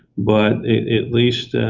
but at least,